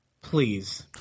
Please